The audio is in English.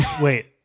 Wait